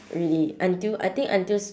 really until I think until